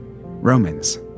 Romans